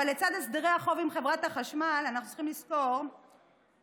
לצד הסדרי החוב עם חברת החשמל אנחנו צריכים לזכור שיש